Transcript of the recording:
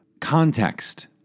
context